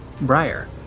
Briar